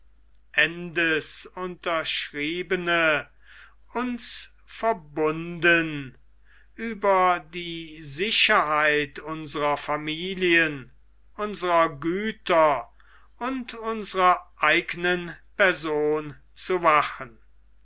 endesunterschriebene uns verbunden über die sicherheit unsrer familien unsrer güter und unsrer eignen person zu wachen